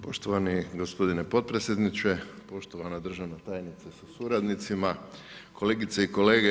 Poštovani gospodine potpredsjedniče, poštovana državna tajnice sa suradnicima, kolegice i kolege.